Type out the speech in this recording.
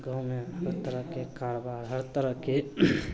गाममे हर तरहके कारोबार हर तरहके